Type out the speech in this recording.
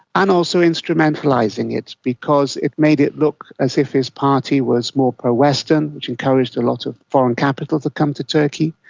and also instrumentalising it because it made it look as if his party was more pro-western, which encouraged lot of foreign capital to come to turkey.